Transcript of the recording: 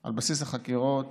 על בסיס החקירות